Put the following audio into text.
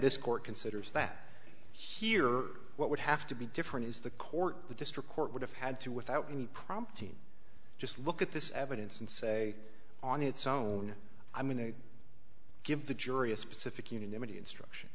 this court considers that here what would have to be different is the court the district court would have had to without any prompting just look at this evidence and say on its own i'm going to give the jury a specific unanimity instruction